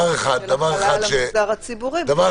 --- החלה על המגזר הציבורי בסיטואציות דומות.